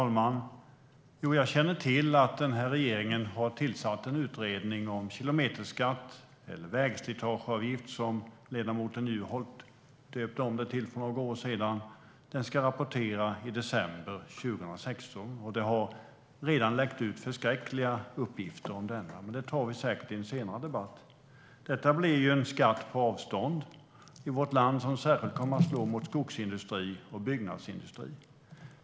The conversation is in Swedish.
Herr talman! Jag känner till att regeringen har tillsatt en utredning om kilometerskatt - eller vägslitageavgift, som ledamoten Juholt döpte om den till för några år sedan. Den ska rapportera i december 2016. Det har redan läckt ut förskräckliga uppgifter. Men det tar vi säkert i en senare debatt. Det blir en skatt på avstånd i vårt land som särskilt kommer att slå mot skogsindustri och byggnadsindustri.